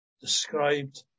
described